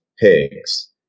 pigs